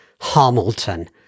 Hamilton